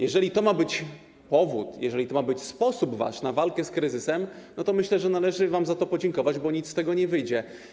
Jeżeli to ma być powód, jeżeli to ma być wasz sposób na walkę z kryzysem, to myślę, że należy wam za to podziękować, bo nic z tego nie wyjdzie.